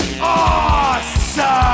Awesome